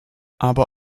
aber